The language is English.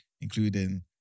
including